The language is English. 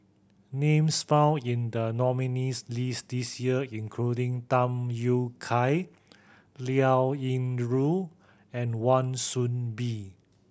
names found in the nominees' list this year including Tham Yui Kai Liao Yingru and Wan Soon Bee